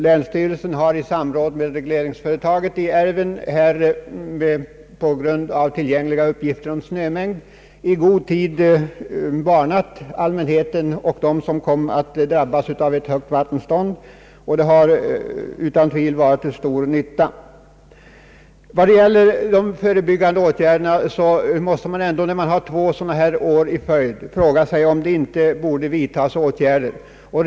Länsstyrelsen har i samråd med regleringsföretaget för älven med ledning av tillgängliga uppgifter om snömängd i god tid varnat allmänheten och dem som kommer att drabbas av ett högt vattenstånd. Detta har utan tvivel varit till stor nytta. När det har blivit två sådana år i följd måste man ändå fråga sig om det inte borde vidtagas förebyggande åtgärder.